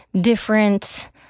different